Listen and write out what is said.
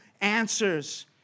answers